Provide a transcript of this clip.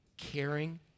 caring